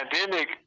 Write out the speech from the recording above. pandemic